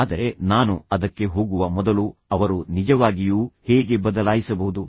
ಆದರೆ ನಾನು ಅದಕ್ಕೆ ಹೋಗುವ ಮೊದಲು ಅವರು ನಿಜವಾಗಿಯೂ ಹೇಗೆ ಬದಲಾಯಿಸಬಹುದು